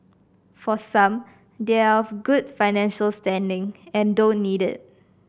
for some they are of a good financial standing and they don't need it